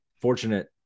fortunate